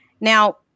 Now